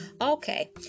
Okay